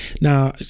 Now